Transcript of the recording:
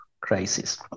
crisis